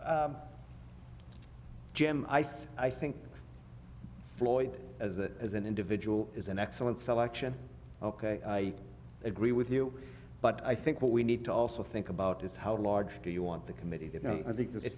to jam i think think i floyd as a as an individual is an excellent selection ok i agree with you but i think what we need to also think about is how large do you want the committee i think